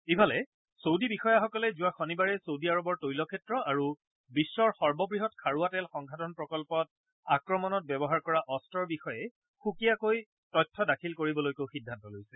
ইফালে চৌদী বিষয়াসকলে যোৱা শনিবাৰে চৌদী আৰবৰ তৈল ক্ষেত্ৰ আৰু বিশ্বৰ সৰ্ববৃহৎ খাৰুৱা তেল সংসাধন প্ৰকল্পত আক্ৰমণত ব্যৱহাৰ কৰা অস্ত্ৰৰ বিষয়ে সুকীয়াকৈ তথ্য দাখিল কৰিবলৈকো সিদ্ধান্ত লৈছে